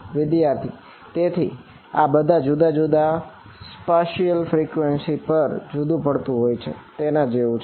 વિદ્યાર્થી તેથી આ બધા જુદા જુદા સ્પાશિયલ ફ્રિક્વન્સી પર જુદું પડતું હોય તેના જેવું છે